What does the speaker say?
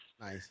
Nice